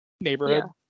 neighborhood